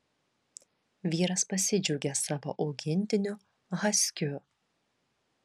vyras pasidžiaugė savo augintiniu haskiu